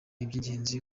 iby’ingenzi